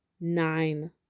nine